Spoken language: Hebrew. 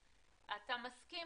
אתה מסכים